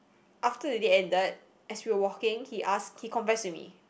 after the date ended as we were walking he asked he confessed to me